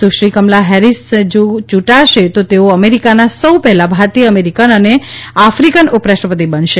સુશ્રી Kamala Harris જો યૂંટાશે તો તેઓ અમેરિકાના સૌ પહેલાં ભારતીય અમેરિકન અને આફિકન ઉપરાષ્ટ્રપતિ બનશે